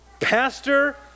pastor